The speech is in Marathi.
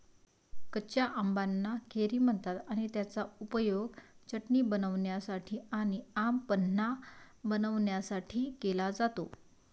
कच्या आंबाना कैरी म्हणतात आणि त्याचा उपयोग चटणी बनवण्यासाठी आणी आम पन्हा बनवण्यासाठी केला जातो